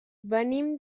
venim